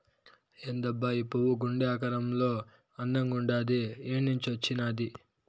ఏందబ్బా ఈ పువ్వు గుండె ఆకారంలో అందంగుండాది ఏన్నించొచ్చినాది